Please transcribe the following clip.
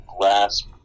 grasp